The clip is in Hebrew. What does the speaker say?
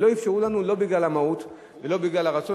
לא אפשרו לנו לא בגלל המהות ולא בגלל הרצון,